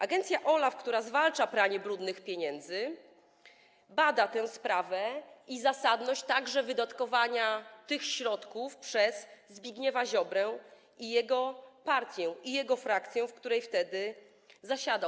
Agencja OLAF, która zwalcza pranie brudnych pieniędzy, bada tę sprawę i zasadność wydatkowania tych środków przez Zbigniewa Ziobrę i jego partię, jego frakcję, w której wtedy zasiadał.